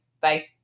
Bye